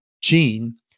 gene